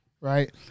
right